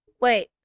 Wait